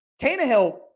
Tannehill